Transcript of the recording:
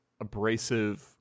abrasive